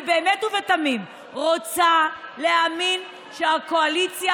אני באמת ובתמים רוצה להאמין שהקואליציה